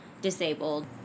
disabled